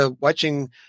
watching